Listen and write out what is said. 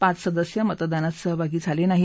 पाच सदस्य मतदानात सहभागी झालजिही